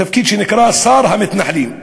תפקיד שנקרא שר המתנחלים,